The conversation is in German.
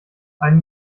einen